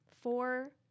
Four